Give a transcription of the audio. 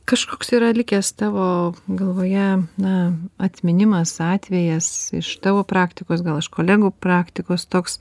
kažkoks yra likęs tavo galvoje na atminimas atvejas iš tavo praktikos gal iš kolegų praktikos toks